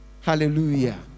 Hallelujah